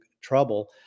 trouble